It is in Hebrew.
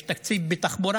יש קיצוץ תקציב בתחבורה,